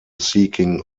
seeking